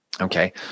Okay